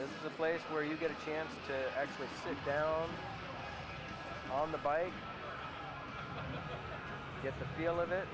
the place where you get a chance to actually sit down on the bike get the feel of